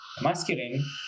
masculine